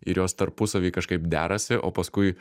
ir jos tarpusavy kažkaip derasi o paskui